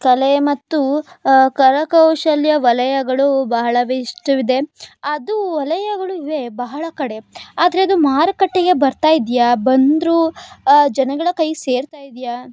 ಕಲೆ ಮತ್ತು ಕರಕೌಶಲ್ಯ ವಲಯಗಳು ಬಹಳವೇ ಇಷ್ಟವಿದೆ ಅದು ವಲಯಗಳು ಇವೆ ಬಹಳ ಕಡೆ ಆದರೆ ಅದು ಮಾರುಕಟ್ಟೆಗೆ ಬರ್ತಾ ಇದೆಯಾ ಬಂದರೂ ಜನಗಳ ಕೈ ಸೇರ್ತಾ ಇದೆಯಾ